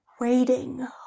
waiting